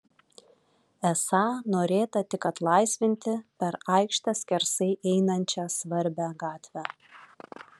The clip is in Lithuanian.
esą norėta tik atlaisvinti per aikštę skersai einančią svarbią gatvę